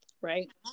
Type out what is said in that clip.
right